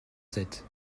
sept